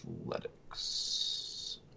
athletics